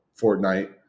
Fortnite